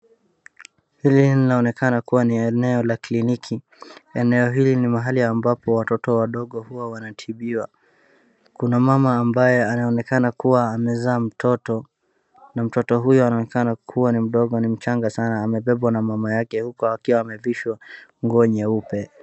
Hili linaonekana kuwa ni eneo la kliniki. Eneo hili ni mahali ambapo watoto wadogo huwa wanatibiwa. Kuna mama ambaye anaonekana kuwa amezaa mtoto na mtoto huyo anaonekana kuwa ni mdogo, ni mchanga sana amebebwa na mama yake uku akiwa amevishwa nguo nyeupe.